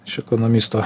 iš ekonomisto